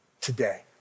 today